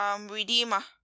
redeemer